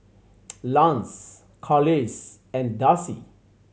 Lance Carlisle and Darcy